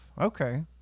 Okay